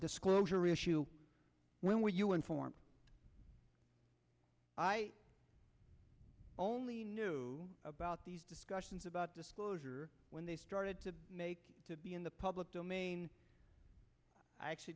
disclosure issue when were you informed i only knew about these discussions about disclosure when they started to be in the public domain i actually